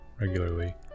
regularly